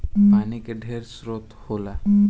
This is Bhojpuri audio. पानी के ढेरे स्रोत होला